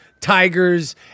tigers